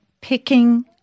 picking